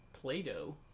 play-doh